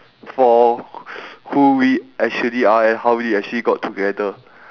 for w~ who we actually are and how we actually got together